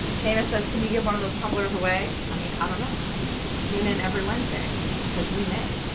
shana says, can you give one of those tumblers away? i mean, i don't know tune in every wednesday because we may